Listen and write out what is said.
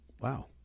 Wow